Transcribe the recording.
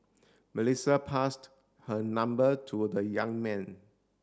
Melissa passed her number to the young man